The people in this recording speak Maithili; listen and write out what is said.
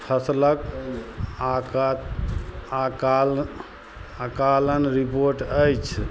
फसलक आक आकाल अकालन रिपोर्ट अछि